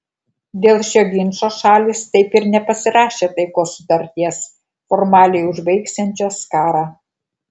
dėl šio ginčo šalys taip ir nepasirašė taikos sutarties formaliai užbaigsiančios karą